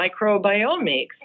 microbiomics